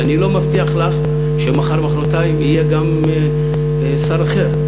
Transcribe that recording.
ואני לא מבטיח לך שמחר-מחרתיים יהיה גם שר אחר,